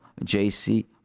JC